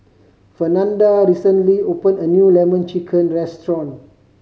Fernanda recently open a new Lemon Chicken restaurant